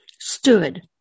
stood